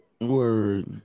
Word